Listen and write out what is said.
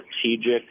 strategic